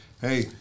Hey